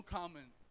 comment